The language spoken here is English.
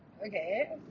Okay